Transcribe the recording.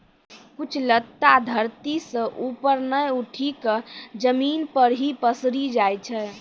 कुछ लता धरती सं ऊपर नाय उठी क जमीन पर हीं पसरी जाय छै